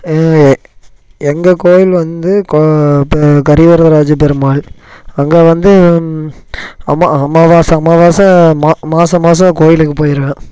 எங்கள் கோவில் வந்து கரிவரதராஜ பெருமாள் அங்கே வந்து அம்மா அம்மாவாசை அம்மாவாசை மாதம் மாதம் கோவிலுக்கு போயிடுறேன்